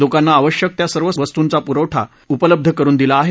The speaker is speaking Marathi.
लोकांना आवश्यक त्या सर्व वस्तूंचा पुरेसा साठा उपलब्ध करुन दिला आहे